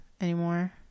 anymore